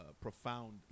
profound